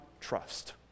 trust